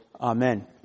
Amen